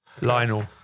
Lionel